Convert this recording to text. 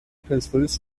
پرسپولیس